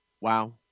Wow